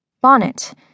Bonnet